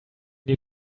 need